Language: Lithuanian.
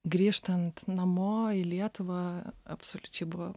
grįžtant namo į lietuvą absoliučiai buvo